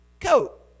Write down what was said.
coat